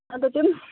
अन्त त्यो पनि